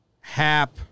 Hap